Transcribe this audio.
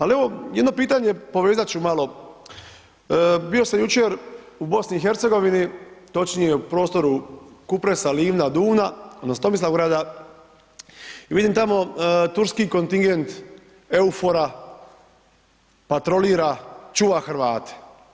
Ali evo, jedno pitanje, povezat ću malo, bio sam jučer u BiH, točnije u prostoru Kupresa, Livna, Duvna odnosno Tomislavgrada i vidim tamo turski kontingent EUFOR-a, patrolira, čuva Hrvate.